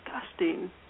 disgusting